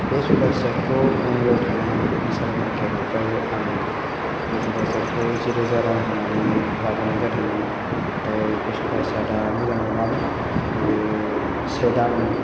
बे स'फा सेत खौ बङाइगावआव थानाय बिसाल मार्केट निफ्राय आं बे स'फा सेत खौ जिरोजा रां होनानै लाबोनाय जादोंमोन नाथाय बे स'फा सेत आ मोजां नङामोन बेयो से दान